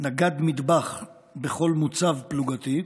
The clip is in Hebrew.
נגד מטבח בכל מוצב פלוגתי,